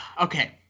Okay